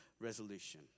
resolution